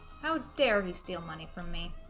how dare you steal money from me